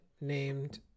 named